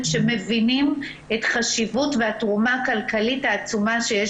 שמבינים את חשיבות והתרומה הכלכלית העצומה שיש